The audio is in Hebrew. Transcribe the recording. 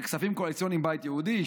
כספים קואליציוניים: הבית היהודי,